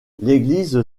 l’église